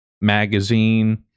magazine